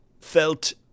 felt